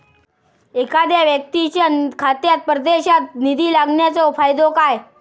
एखादो व्यक्तीच्या खात्यात परदेशात निधी घालन्याचो फायदो काय?